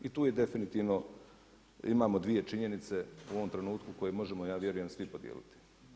I tu definitivno imamo dvije činjenice u ovom trenutku koju možemo ja vjerujem svi podijeliti.